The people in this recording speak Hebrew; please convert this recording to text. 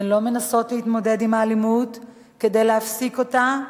הן לא מנסות להתמודד עם האלימות כדי להפסיק אותה,